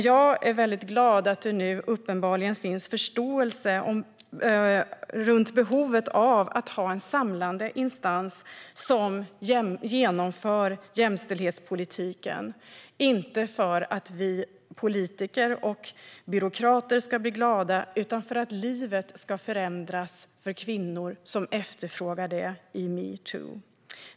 Jag är väldigt glad åt att det nu uppenbarligen finns förståelse för behovet av en samlande instans som genomför jämställdhetspolitiken - inte för att vi politiker och byråkrater ska bli glada, utan för att livet ska förändras för kvinnor som efterfrågar det i metoo.